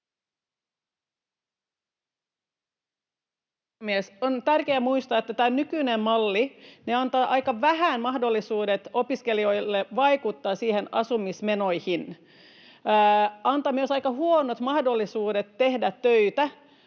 On tärkeää muistaa, että tämä nykyinen malli antaa aika vähän mahdollisuuksia opiskelijoille vaikuttaa niihin asumismenoihin. Se antaa myös aika huonot mahdollisuudet tehdä töitä,